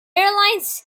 airlines